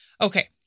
Okay